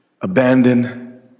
abandoned